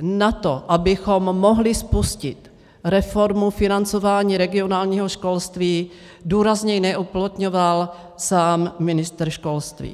na to, abychom mohli spustit reformu financování regionálního školství, důrazněji neuplatňoval sám ministr školství.